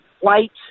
white